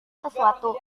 sesuatu